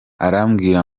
arambwira